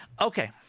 Okay